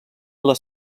les